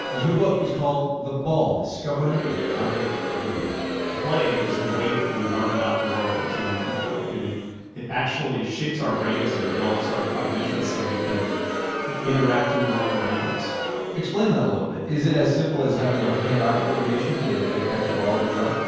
his new book is called the ball discovering the object of the game. play is a way that we learn about the world as young people, and it it actually shapes our brains and develops our cognition so we can interact in the world around us explain that a little bit is it as simple as having hand-eye coordination to to catch a ball with a glove?